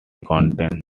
contains